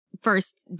first